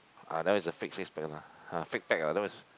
ah that one is a fake six pack lah ah fake pack lah that one is